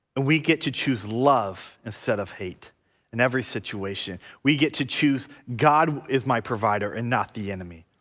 we get to choose love instead of hate in every situation we get to choose god is my provider and not the enemy.